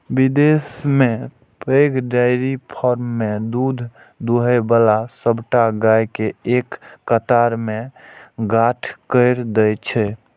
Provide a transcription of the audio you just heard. विदेश मे पैघ डेयरी फार्म मे दूध दुहै बला सबटा गाय कें एक कतार मे ठाढ़ कैर दै छै